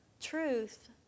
truth